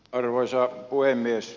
arvoisa puhemies